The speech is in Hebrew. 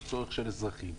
לא צורך של האזרחים.